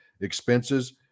expenses